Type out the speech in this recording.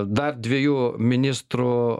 dar dviejų ministrų